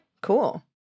cool